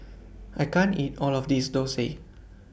I can't eat All of This Thosai